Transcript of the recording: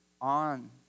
on